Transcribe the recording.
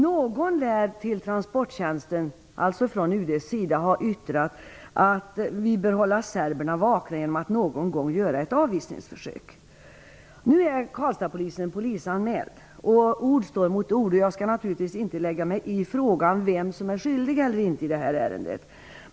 Någon från UD lär till Transporttjänsten ha yttrat att vi bör hålla serberna vakna genom att någon gång göra ett utvisningsförsök. Nu är Karlstadspolisen anmäld. Ord står mot ord, och jag skall naturligtvis inte lägga mig i frågan om vem som är skyldig eller inte i det här ärendet.